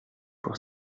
pour